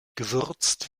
gewürzt